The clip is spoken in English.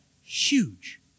huge